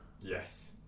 Yes